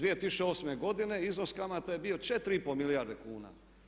2008. godine iznos kamata je bio 4,5 milijarde kuna.